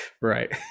right